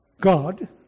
God